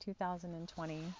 2020